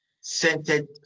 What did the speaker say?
scented